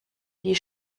die